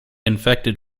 infected